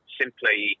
simply